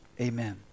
amen